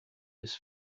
his